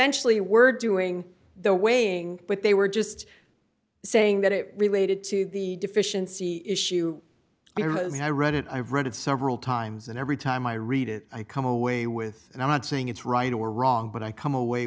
essentially were doing their weighing but they were just saying that it related to the deficiency issue i've had read it i've read it several times and every time i read it i come away with and i'm not saying it's right or wrong but i come away